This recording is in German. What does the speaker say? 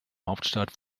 hauptstadt